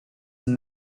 and